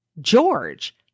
George